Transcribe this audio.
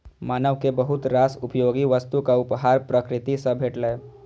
मानव कें बहुत रास उपयोगी वस्तुक उपहार प्रकृति सं भेटलैए